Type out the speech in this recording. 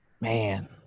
man